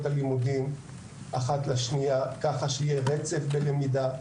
הלימודים אחת לשנייה כך שיהיה רצף למידה,